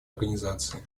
организации